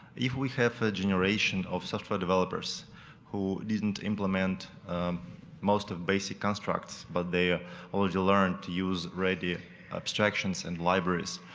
if we have a generation of software developers who didn't implement most of basic constructs but they ah um and already learned to use ready abstractions and libraries,